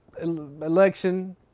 election